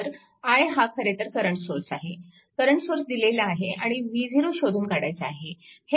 तर i हा खरेतर करंट सोर्स आहे करंट सोर्स दिलेला आहे आणि v0 शोधून काढायचा आहे